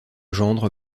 gendre